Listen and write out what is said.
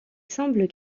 semble